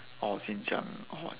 orh xinjiang !wah!